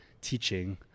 teaching